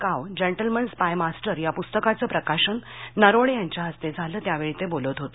काव gentleman spymaster या प्रस्तकाचं प्रकाशन नरवणे यांच्या हस्ते झालं त्यावेळी ते बोलत होते